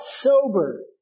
sober